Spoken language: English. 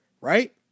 right